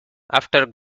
after